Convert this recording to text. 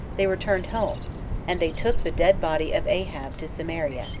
they returned home and they took the dead body of ahab to samaria,